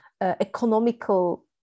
economical